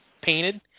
painted